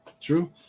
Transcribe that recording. true